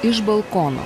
iš balkono